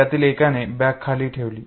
त्यातील एकाने बॅग खाली ठेवली